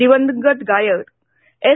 दिवंगत गायक एस